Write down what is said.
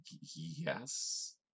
Yes